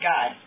God